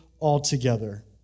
altogether